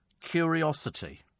curiosity